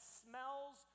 smells